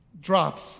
drops